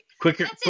Quicker